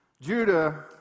Judah